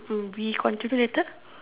we contribute later